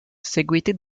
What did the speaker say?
seguiti